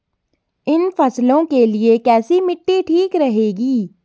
इन फसलों के लिए कैसी मिट्टी ठीक रहेगी?